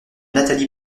nathalie